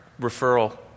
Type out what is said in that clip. referral